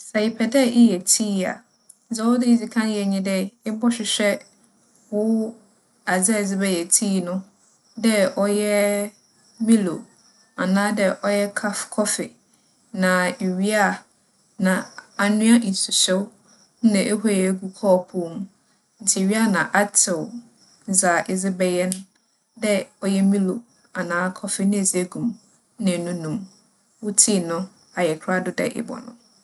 Sɛ epɛ dɛ eyɛ tii a, dza ͻwͻ dɛ inya nye wo tii no ho akadze no. Na afei, eenya nsu na kͻͻpoow na gya. Ntsi ebɛnoa nsu no, na ehue egu kͻͻpoow no mu. Iwie a na atsew adze a edze bɛyɛ tii no anaa w'akadze no, na edze egu mu na enunu mu ara ma wͻafora. Wo tii no ayɛ krado dɛ ebͻnom.